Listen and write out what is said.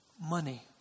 money